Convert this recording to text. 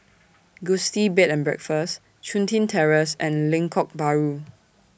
Gusti Bed and Breakfast Chun Tin Terrace and Lengkok Bahru